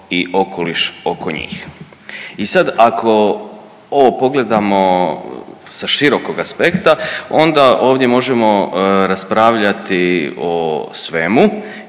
i okoliš oko njih. I sad ako ovo pogledamo sa širokog aspekta, onda ovdje možemo raspravljati o svemu